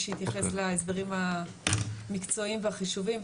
שיתייחס להסברים המקצועיים והחישובים,